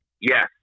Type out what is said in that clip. Yes